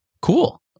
Cool